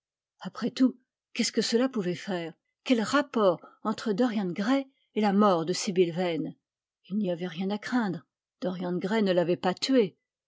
après tout qu'est-ce que cela pouvait faire quel rapport entre dorian gray et la mort de sibyl vane il n'y avait rien à craindre dorian gray ne l'avait pas tuée